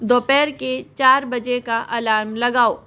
दोपहर के चार बजे का अलार्म लगाओ